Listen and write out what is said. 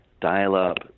dial-up